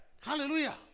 Hallelujah